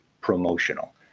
promotional